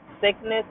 Sickness